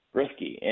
risky